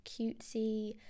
cutesy